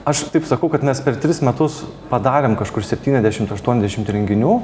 aš taip sakau kad mes per tris metus padarėm kažkur septyniasdešimt aštuoniasdešimt renginių